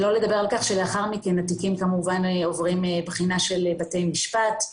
שלא לדבר שלאחר מכן התיקים כמובן עוברים בחינה של בתי משפט.